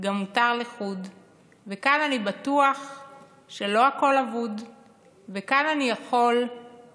וגם מותר לחוד / וכאן אני בטוח שלא הכול אבוד / וכאן אני יכול למרות,